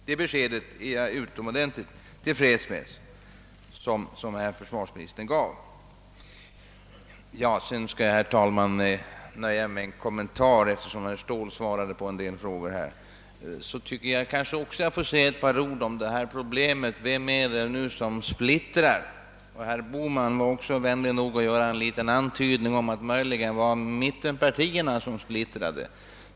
Det besked herr försvarsministern gav är jag alltså utomordentligt till freds med. Sedan skall jag, herr talman, nöja mig med ytterligare en kommentar, eftersom herr Ståhl redan tagit upp en del av de frågor jag tänkte beröra. Jag skulle vilja säga några ord om vem det är som splittrar. Herr Bohman var vänlig nog att göra en liten antydan om att det var mittenpartierna som splittrade.